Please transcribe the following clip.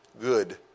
good